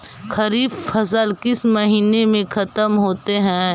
खरिफ फसल किस महीने में ख़त्म होते हैं?